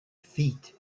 feet